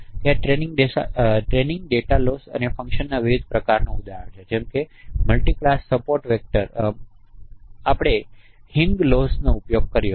ત્યાં data loss ફંક્શનના વિવિધ પ્રકારનાં ઉદાહરણો છે જેમ કે મલ્ટિક્લાસ સપોર્ટ વેક્ટર્સ આપણે હિંગ લોસનો ઉપયોગ કર્યો હતો